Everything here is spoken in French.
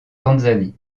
tanzanie